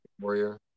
Warrior